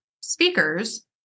speakers